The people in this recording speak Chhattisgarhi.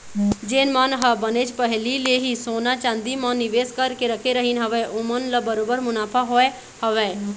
जेन मन ह बनेच पहिली ले ही सोना चांदी म निवेस करके रखे रहिन हवय ओमन ल बरोबर मुनाफा होय हवय